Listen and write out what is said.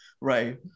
right